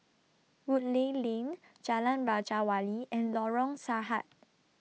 Woodleigh Lane Jalan Raja Wali and Lorong Sarhad